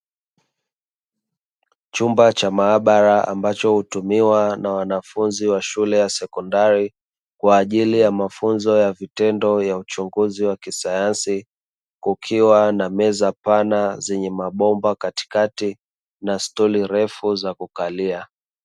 Chumba cha maabara ambacho hutumiwa na wanafunzi wa shule ya sekondari kwaajili ya mafunzo ya vitendo vya uchunguzi wa kisayansi, kukiwa na meza pana zenye mabomba katikati na stuli refu za kukalia.